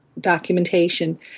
documentation